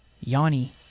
Yanni